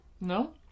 No